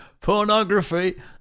Pornography